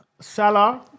Salah